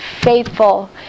faithful